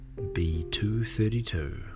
B232